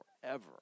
Forever